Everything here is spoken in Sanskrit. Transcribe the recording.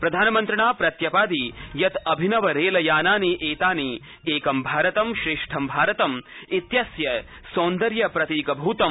प्रधानमन्त्रिणा प्रत्यपादि यत् अभिनव रेलयानानि एतानि एकं भारतं श्रेष्ठं भारतम् इत्यस्य सौन्दर्य प्रतीकभूतम्